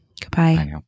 Goodbye